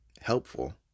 helpful